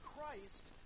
Christ